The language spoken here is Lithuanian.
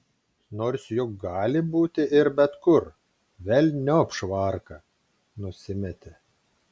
nors juk gali būti ir bet kur velniop švarką nusimetė